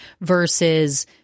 versus